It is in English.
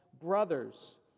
brothers